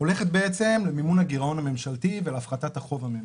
הולכת למימון הגירעון הממשלתי ולהפחתת החוב הממשלתי.